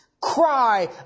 Cry